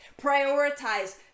Prioritize